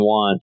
one